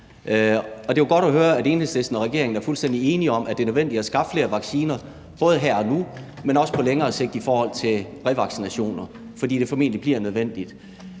regeringen er fuldstændig enige om, at det er nødvendigt at skaffe flere vacciner, og det er både her og nu, men også på længere sigt i forhold til revaccinationer, fordi det formentlig bliver nødvendigt,